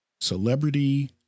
Celebrity